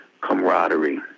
camaraderie